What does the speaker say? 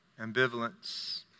ambivalence